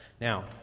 Now